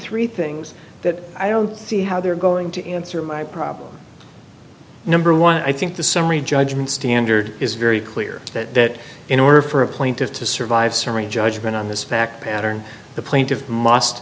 three things that i don't see how they're going to answer my problem number one i think the summary judgment standard is very clear that in order for a plaintiff to survive summary judgment on this fact pattern the plaintiff must